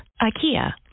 IKEA